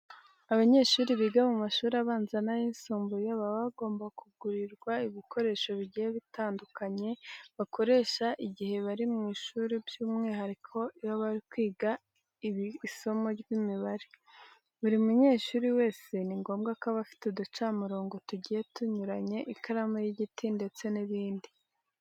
Abanyeshuri biga mu mashuri abanza n'ayisumbuye baba bagomba kugurirwa ibikoresho bigiye bitandukanye bakoresha igihe bari mu ishuri by'umwihariko iyo bari kwiga isomo ry'imibare. Buri munyeshuri wese ni ngombwa ko aba afite uducamurongo tugiye tunyuranye, ikaramu y'igiti ndetse n'ibindi.